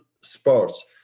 sports